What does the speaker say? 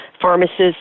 pharmacists